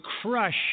crush